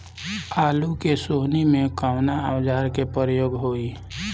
आलू के सोहनी में कवना औजार के प्रयोग होई?